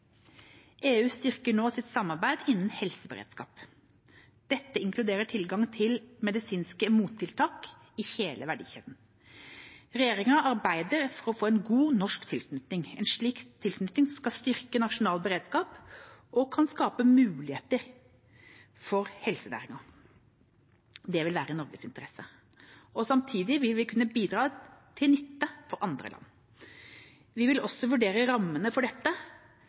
EU styrker nå sitt samarbeid innen helseberedskap. Dette inkluderer tilgang til medisinske mottiltak i hele verdikjeden. Regjeringa arbeider for å få en god norsk tilknytning. En slik tilknytning skal styrke nasjonal beredskap og kan skape muligheter for helsenæringen. Dette vil være i Norges interesse. Samtidig vil vi kunne bidra til nytte for andre land. Vi vil vurdere rammene for dette